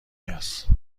است